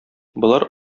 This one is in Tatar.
болар